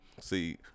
See